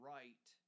right